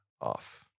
off